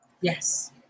Yes